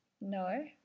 No